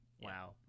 wow